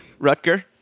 Rutger